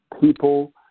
people